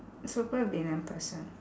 supervillain person